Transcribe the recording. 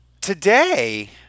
today